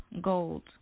Gold